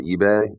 eBay